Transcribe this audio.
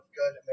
good